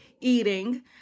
eating